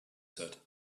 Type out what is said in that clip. said